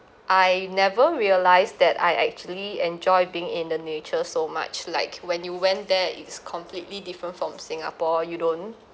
I never realised that I actually enjoy being in the nature so much like when you went there is completely different from singapore you don't